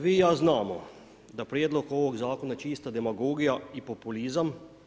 Vi i ja znamo da prijedlog ovog Zakona čista demagogija i populizam.